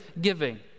Giving